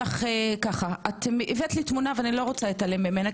ככה: הבאת לי תמונה, ואיני רוצה להתעלם ממנה.